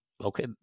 Okay